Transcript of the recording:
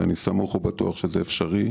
ואני סמוך ובטוח שזה אפשרי,